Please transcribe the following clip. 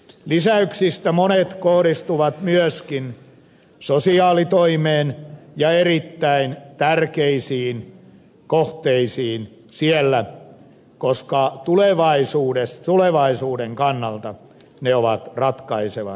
lisäyksistä monet kohdistuvat myöskin sosiaalitoimeen ja erittäin tärkeisiin kohteisiin siellä koska tulevaisuuden kannalta ne ovat ratkaisevan tärkeitä